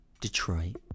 Detroit